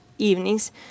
evenings